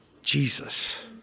Jesus